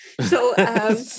So-